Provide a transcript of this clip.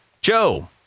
Joe